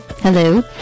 Hello